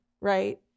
right